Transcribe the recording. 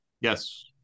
Yes